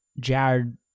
Jared